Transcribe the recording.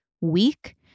weak